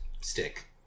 stick